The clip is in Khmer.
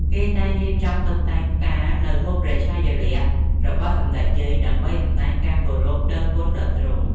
គេតែងរៀបចំតុបតែងផ្ការ នៅមុខព្រះឆាយាល័ក្ខណ៏របស់សម្តេចយាយដើម្បីសម្តែងការគោរពដឹងគុណដល់ទ្រង់។